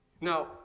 Now